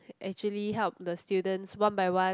actually helped the students one by one